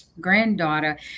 Granddaughter